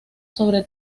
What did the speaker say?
sobre